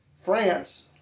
France